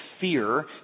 fear